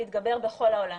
התגבר בכל העולם,